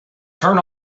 turn